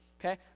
Okay